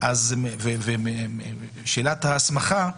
ושאלת ההסמכה,